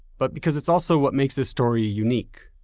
but because it's also what makes this story unique.